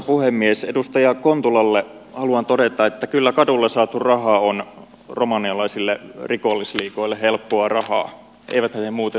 edustaja kontulalle haluan todeta että kyllä kadulla saatu raha on romanialaisille rikollisliigoille helppoa rahaa eiväthän he muuten suomeen tulisi joka kesä